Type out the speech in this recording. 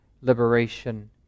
liberation